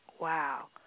Wow